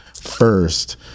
first